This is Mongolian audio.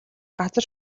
газар